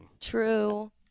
True